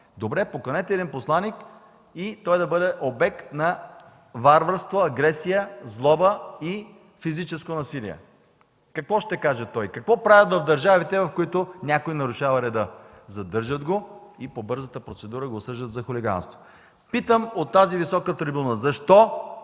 Добре, поканете един посланик и той да бъде обект на варварство, агресия, злоба и физическо насилие. Какво ще каже той? Какво правят в държавите, когато някой нарушава реда?! Задържат го и по бързата процедура го осъждат за хулиганство. Питам от тази висока трибуна: защо